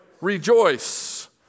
Rejoice